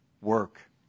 Work